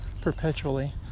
perpetually